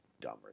dumber